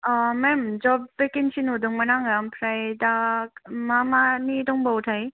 मेम जब भोकेनसि नुदोंमोन आङो ओमफ्राय दा मा मानि दंबावयोथाइ